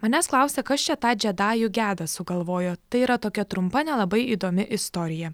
manęs klausia kas čia tą džedajų gedą sugalvojo tai yra tokia trumpa nelabai įdomi istorija